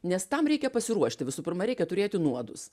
nes tam reikia pasiruošti visų pirma reikia turėti nuodus